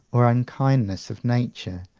or unkindness of nature,